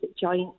joint